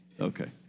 Okay